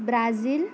Brazil